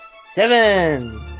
Seven